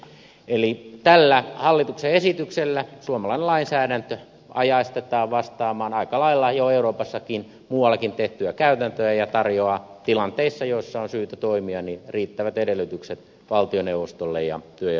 eli tällä hallituksen esityksellä suomalainen lainsäädäntö ajantasaistetaan vastaamaan aika lailla jo euroopassakin muuallakin tehtyä käytäntöä ja tarjoaa tilanteissa joissa on syytä toimia riittävät edellytykset valtioneuvostolle ja työ ja elinkeinoministeriölle